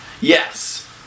Yes